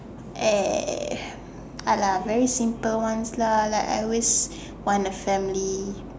eh !alah! very simple ones lah I always want a family